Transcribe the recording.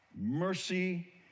mercy